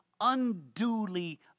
unduly